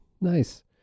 Nice